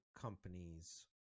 companies